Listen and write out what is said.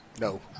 No